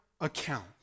account